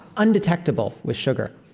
undetectable with sugar.